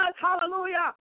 hallelujah